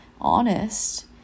honest